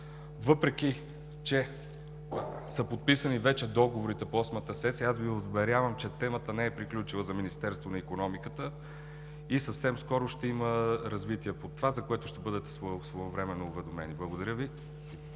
Вече са подписани договорите по Осмата сесия и аз Ви уверявам, че темата не е приключила за Министерството на икономиката и съвсем скоро ще има развитие, за което ще бъдете своевременно уведомени. Благодаря Ви.